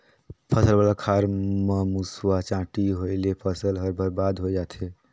फसल वाला खार म मूसवा, चांटी होवयले फसल हर बरबाद होए जाथे